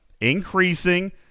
Increasing